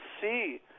see